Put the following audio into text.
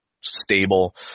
stable